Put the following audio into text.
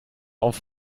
auf